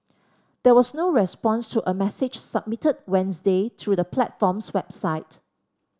there was no response to a message submitted Wednesday through the platform's website